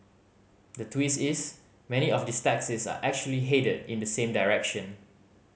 the twist is many of these taxis are actually headed in the same direction